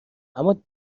اما